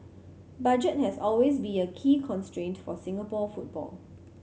budget has always be a key constraint for Singapore football